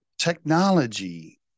Technology